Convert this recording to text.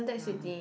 a'ah